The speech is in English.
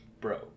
bro